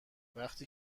وقتی